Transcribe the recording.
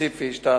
ספציפי שאתה